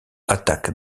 attaque